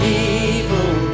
evil